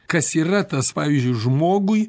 kas yra tas pavyzdžiui žmogui